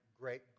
great